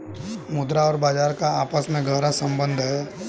मुद्रा और बाजार का आपस में गहरा सम्बन्ध है